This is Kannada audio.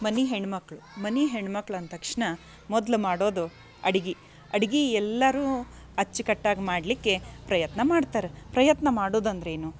ಮನೆ ಹೆಣ್ಣುಮಕ್ಳು ಮನೆ ಹೆಣ್ಮಕ್ಳು ಅಂದ ತಕ್ಷಣ ಮೊದಲು ಮಾಡೋದು ಅಡಿಗೆ ಅಡಿಗೆ ಎಲ್ಲರೂ ಅಚ್ಚುಕಟ್ಟಾಗಿ ಮಾಡಲಿಕ್ಕೆ ಪ್ರಯತ್ನ ಮಾಡ್ತಾರ ಪ್ರಯತ್ನ ಮಾಡುದಂದರೇನು